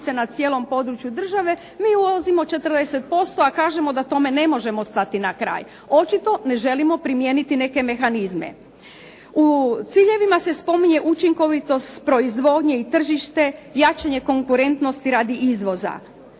na cijelom području države. Mi uvozimo 40%, a kažemo da tome ne možemo stati na kraj. Očito ne želimo primijeniti neke mehanizme. U ciljevima se spominje učinkovitost proizvodnje i tržište, jačanje konkurentnosti radi izvoza.